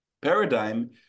paradigm